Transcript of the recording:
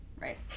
Right